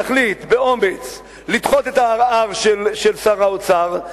תחליט באומץ לדחות את הערר של שר האוצר,